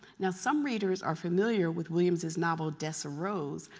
now, some readers are familiar with williams's novel, dessa rose,